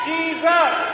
Jesus